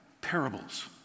Parables